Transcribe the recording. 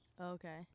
Okay